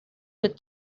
with